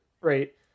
right